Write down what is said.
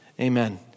Amen